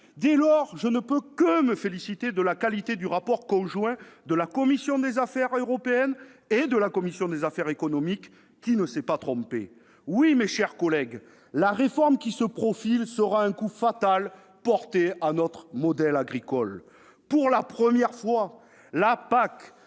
Dès lors, je ne peux que me féliciter de la qualité du rapport conjoint de la commission des affaires européennes et de la commission des affaires économiques, qui ne se sont pas trompées. Oui, mes chers collègues, la réforme qui se profile sera un coup fatal porté à notre modèle agricole. Pour la première fois, la PAC